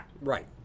Right